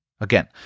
Again